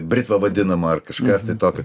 britva vadinama ar kažkas tai tokio